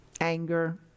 anger